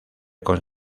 con